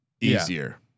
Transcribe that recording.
easier